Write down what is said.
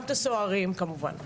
גם את הסוהרים כמובן.